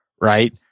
right